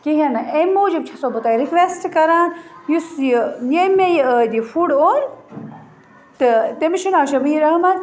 کہیٖنۍ نہٕ امہِ موٗجوٗب چھَ سو بہٕ تۄہہِ رِکویٚسٹ کَران یُس یہِ ییٚمۍ مےٚ ٲدۍ یہِ فُڈ اوٚن تہٕ تٔمِس چھُ ناو شبیٖر احمد